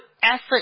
Effort